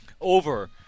over